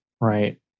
Right